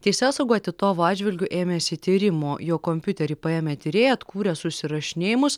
teisėsauga titovo atžvilgiu ėmėsi tyrimo jo kompiuterį paėmę tyrėjai atkūrė susirašinėjimus